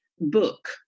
book